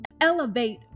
elevate